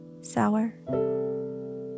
Sour